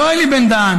לא אלי בן-דהן,